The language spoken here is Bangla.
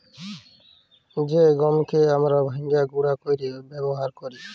জ্যে গহমকে আমরা ভাইঙ্গে গুঁড়া কইরে ব্যাবহার কৈরি